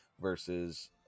versus